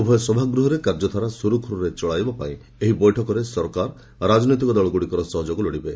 ଉଭୟ ସଭାଗୃହରେ କାର୍ଯ୍ୟଧାରା ସୁରୁଖୁରୁରେ ଚଳାଇବା ପାଇଁ ଏହି ବୈଠକରେ ସରକାର ରାଜନୈତିକ ଦଳଗୁଡ଼ିକର ସହଯୋଗ ଲୋଡ଼ିବେ